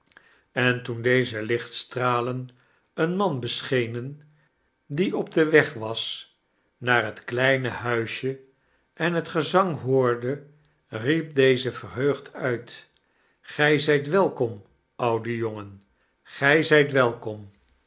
en toen deze liicbtstralen een man beschenem die op weg was naar bet kleime huisje en luet gezang hoorde niiep deze verheugd uit ge zijt wellborn ouwe jongen ge zijt weiikom